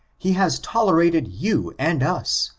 he has tolerated you and us,